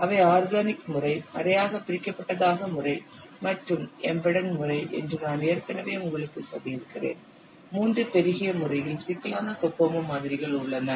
அவை ஆர்கானிக் முறை அரையாக பிரிக்கப்பட்டதாக முறை மற்றும் எம்பெடெட் முறை என்று நான் ஏற்கனவே உங்களுக்குச் சொல்லியிருக்கிறேன் 3 பெருகிய முறையில் சிக்கலான கோகோமோ மாதிரிகள் உள்ளன